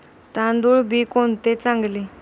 तांदूळ बी कोणते चांगले?